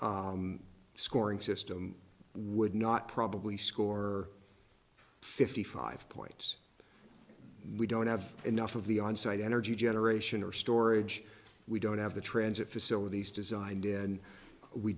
scoring system would not probably score fifty five points we don't have enough of the onsite energy generation or storage we don't have the transit facilities designed